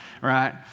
right